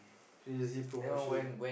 crazy promotion